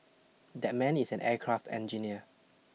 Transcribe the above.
that man is an aircraft engineer